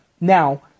Now